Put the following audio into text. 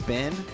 Ben